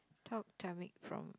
talked from